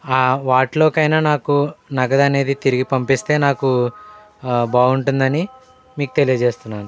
వాటిలోకైనా నాకు నగదు అనేది తిరిగి పంపిస్తే నాకు బాగుంటుందని మీకు తెలియజేస్తున్నాను